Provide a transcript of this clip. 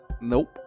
Nope